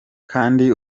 kandi